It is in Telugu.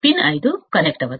పిన్ 5 కనెక్ట్ అవ్వదు